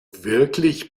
wirklich